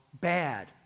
bad